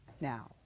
now